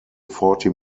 forty